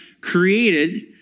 created